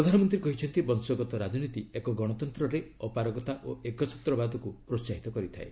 ପ୍ରଧାନମନ୍ତ୍ରୀ କହିଛନ୍ତି ବଂଶଗତ ରାଜନୀତି ଏକ ଗଣତନ୍ତ୍ରରେ ଅପରାଗତା ଓ ଏକଚ୍ଚତ୍ରବାଦକୁ ପ୍ରୋସ୍ଥାହିତ କରିଥାଏ